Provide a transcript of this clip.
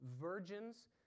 virgins